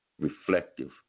reflective